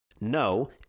no